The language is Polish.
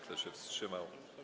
Kto się wstrzymał?